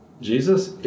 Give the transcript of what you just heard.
Jesus